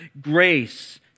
grace